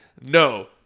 No